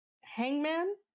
Hangman